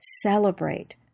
celebrate